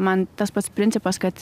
man tas pats principas kad